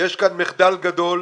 ויש כאן מחדל גדול.